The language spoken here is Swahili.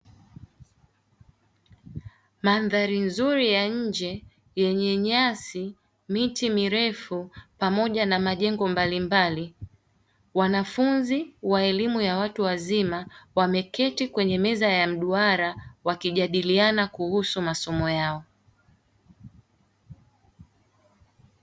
Mandhari nzuri ya nje yenye nyasi, miti mirefu pamoja na majengo mbalimbali. Wanafunzi wa elimu ya watu wazima wameketi kwenye meza ya mduara wakijadiliana kuhusu masomo yao.